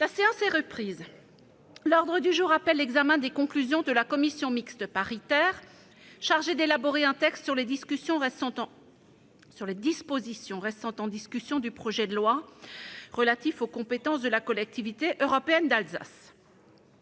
La séance est reprise. L'ordre du jour appelle l'examen des conclusions de la commission mixte paritaire chargée d'élaborer un texte sur les dispositions restant en discussion du projet de loi relatif aux compétences de la Collectivité européenne d'Alsace